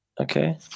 Okay